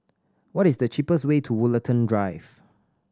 what is the cheapest way to Woollerton Drive